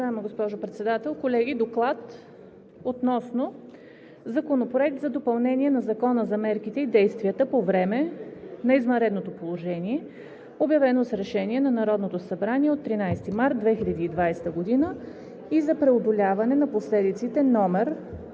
и местно самоуправление относно Законопроект за допълнение на Закона за мерките и действията по време на извънредното положение, обявено с решение на Народното събрание от 13 март 2020 г., и за преодоляване на последиците,